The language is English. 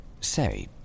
Say